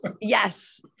Yes